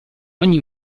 ogni